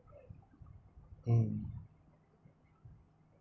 mm